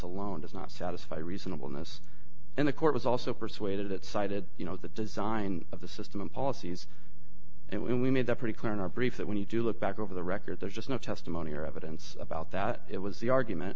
alone does not satisfy reasonable ness in the court was also persuaded it cited you know the design of the system in policies and we made that pretty clear in our brief that when you do look back over the record there's just no testimony or evidence about that it was the argument